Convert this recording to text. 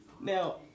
now